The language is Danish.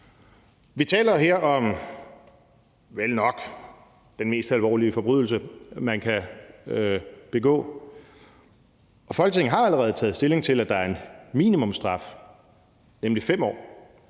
Vi taler her om vel nok den mest alvorlige forbrydelse, man kan begå, og Folketinget har allerede taget stilling til, at der er en minimumsstraf, nemlig 5 år.